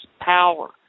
power